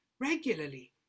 regularly